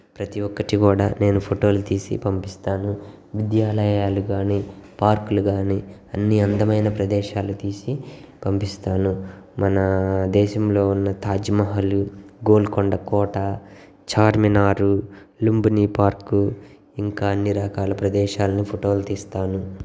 ప్రతి ఒక్కటి కూడా నేను ఫోటోలు తీసి పంపిస్తాను విద్యాలయాలు కానీ పార్కులు కానీ అన్నీ అందమైన ప్రదేశాలు తీసి పంపిస్తాను మన దేశంలో ఉన్న తాజ్మహల్ గోల్కొండ కోట చార్మినార్ లుంబిని పార్క్ ఇంకా అన్నీ రకాల ప్రదేశాలను ఫోటోలు తీస్తాను